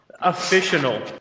official